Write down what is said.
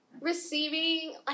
Receiving